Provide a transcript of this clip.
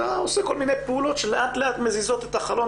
אתה עושה כל מיני פעולות שלאט לאט מזיזות את החלון